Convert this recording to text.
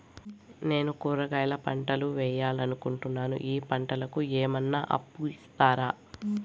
నేను కూరగాయల పంటలు వేయాలనుకుంటున్నాను, ఈ పంటలకు ఏమన్నా అప్పు ఇస్తారా?